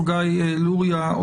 תודה רבה ד"ר לוריא,